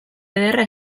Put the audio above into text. ederra